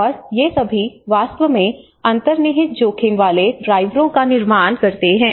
और ये सभी वास्तव में अंतर्निहित जोखिम वाले ड्राइवरों का निर्माण करते हैं